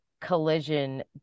collision